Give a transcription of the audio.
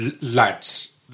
lads